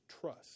trust